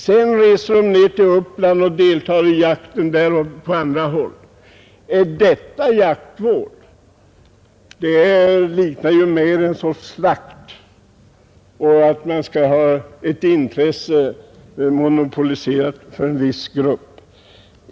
Sedan reser de ner till Uppland och deltar i jakten där och på andra håll. Är detta jaktvård? Det liknar ju mera en sorts slakt, och det verkar som om ett visst intresse skall vara monopoliserat för en viss grupp.